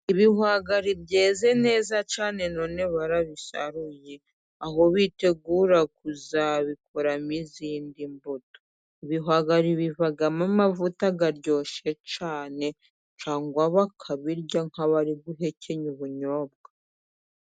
Ibihwagari byeze neza cyane none barabisaruye aho bitegura kuzabikoramo izindi mbuto. Ibihwagari bibamo amavuta aryoshye cyane cyangwa bakabirya nk'abari guhekenya ubunyobwa.